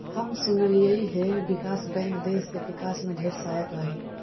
हम सुनलिअई हे विकास बैंक देस के विकास में ढेर सहायक हई